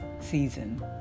season